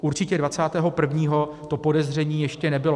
Určitě dvacátého prvního to podezření ještě nebylo.